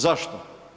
Zašto?